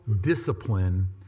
discipline